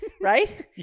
right